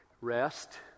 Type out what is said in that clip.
Rest